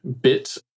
bit